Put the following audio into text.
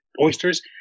oysters